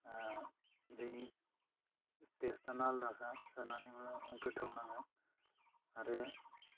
आह बेनि टेस्टआनो आलदाखा जानानै ओह गोथाव नाङो आरो